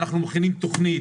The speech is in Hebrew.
אנחנו מכינים תוכנית